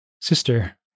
sister